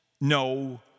no